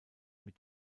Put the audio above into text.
mit